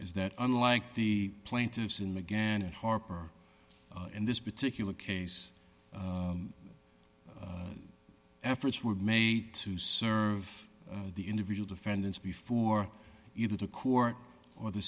is that unlike the plaintiffs in the gannett harper in this particular case efforts were made to serve the individual defendants before either the court or the